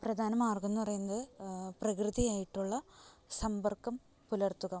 പ്രധാന മാർഗം എന്ന് പറയുന്നത് പ്രകൃതിയുമായിട്ടുള്ള സമ്പർക്കം പുലർത്തുക